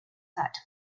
that